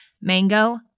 mango